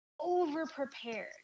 overprepared